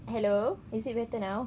hello is it better now